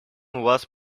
was